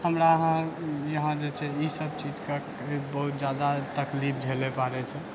हमरा अहाँ यहाँ जे छै ई सब चीजके बहुत जादा तकलीफ झेलय पड़ैत छै